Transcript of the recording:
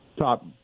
top